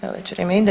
Evo već vrijeme ide.